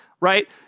right